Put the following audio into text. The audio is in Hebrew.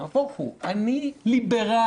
נהפוך הוא, אני ליברל